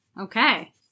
Okay